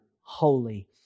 holy